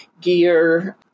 gear